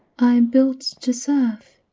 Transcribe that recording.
i am built to serve,